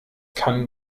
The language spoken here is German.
kann